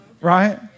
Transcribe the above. right